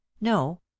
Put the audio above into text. no